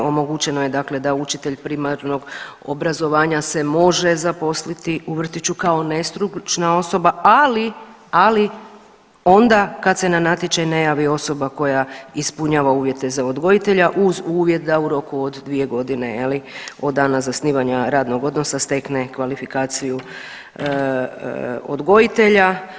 Omogućeno je dakle da učitelj primarnog obrazovanja se može zaposliti u vrtiću kao nestručna osoba, ali, ali onda kad se na natječaj ne javi osoba koja ispunjava uvjete za odgojitelja uz uvjet da u roku od 2 godine je li od dana zasnivanja radnog odnosa stekne kvalifikaciju odgojitelja.